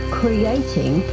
creating